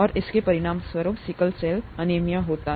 और इसके परिणामस्वरूप सिकल सेल एनीमिया होता है